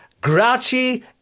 grouchy